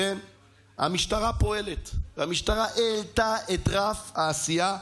המשטרה פועלת, והמשטרה העלתה את רף העשייה.